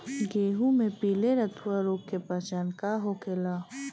गेहूँ में पिले रतुआ रोग के पहचान का होखेला?